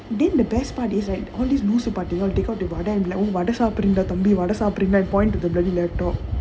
then the best part is right all these what is happening vada சாப்பிடுங்க தம்பி வட சாப்பிடுங்க:vada saapidunga thambi vada saapidunga that point to the bloody laptop